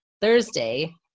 Thursday